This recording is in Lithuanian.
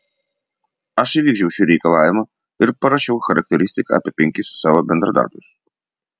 aš įvykdžiau šį reikalavimą ir parašiau charakteristiką apie penkis savo bendradarbius